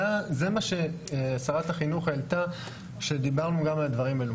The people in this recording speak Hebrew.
זה מה ששרת החינוך העלתה כשדיברנו גם על הדברים האלו.